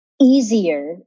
easier